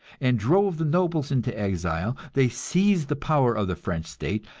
and drove the nobles into exile they seized the power of the french state,